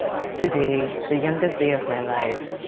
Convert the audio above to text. today. the youngest day of my life.